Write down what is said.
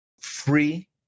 free